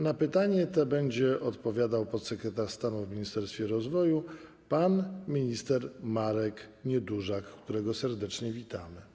Na pytanie to będzie odpowiadał podsekretarz stanu w Ministerstwie Rozwoju pan minister Marek Niedużak, którego serdecznie witamy.